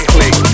Click